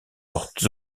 portes